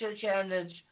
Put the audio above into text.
challenge